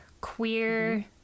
queer